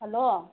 hello